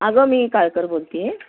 अगं मी काळकर बोलत आहे